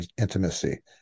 intimacy